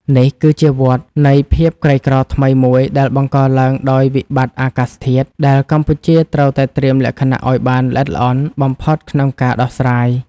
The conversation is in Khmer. នេះគឺជាវដ្តនៃភាពក្រីក្រថ្មីមួយដែលបង្កឡើងដោយវិបត្តិអាកាសធាតុ ដែលកម្ពុជាត្រូវតែត្រៀមលក្ខណៈឱ្យបានល្អិតល្អន់បំផុតក្នុងការដោះស្រាយ។